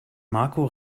marco